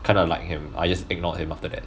kind of like him I just ignored him after that